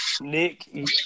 Nick